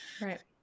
Right